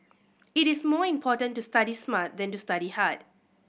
it is more important to study smart than to study hard